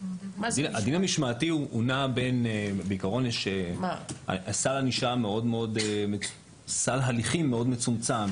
בדיון המשמעתי יש סל הליכים מאוד מצומצם,